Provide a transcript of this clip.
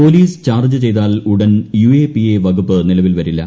police charge ചെയ്താൽ ഉടൻ UAPA വകുപ്പ് നിലവിൽ വരില്ല